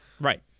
Right